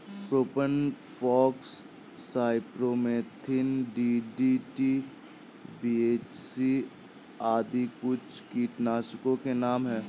propane फॉक्स, cypermethrin, DDT, BHC आदि कुछ कीटनाशकों के नाम हैं